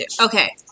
Okay